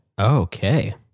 Okay